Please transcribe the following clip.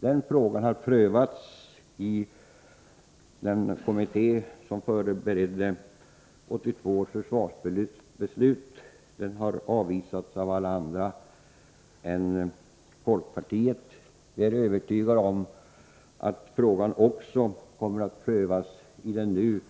Den frågan har prövats av den kommitté som förberedde 1982 års försvarsbeslut. Den har avvisats av alla partier utom folkpartiet. Jag är övertygad om att frågan kommer att prövas också av den nu